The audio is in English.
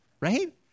Right